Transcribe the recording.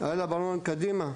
היה לה בלון מקדימה,